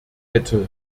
hätte